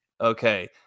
okay